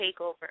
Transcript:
Takeover